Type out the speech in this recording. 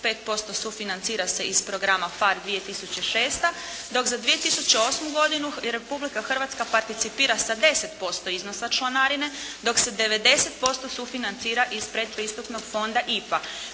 75% sufinancira se iz programa PHARE 2006. dok za 2008. godinu Republika Hrvatska participira sa 10% iznosa članarine dok se 90% sufinancira iz predpristupnog fonda IPA